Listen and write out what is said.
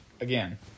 again